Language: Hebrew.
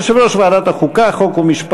שהוא הצעת חוק סדר הדין הפלילי (עצור החשוד בעבירות ביטחון) (הוראת שעה)